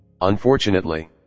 Unfortunately